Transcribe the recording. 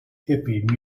hippie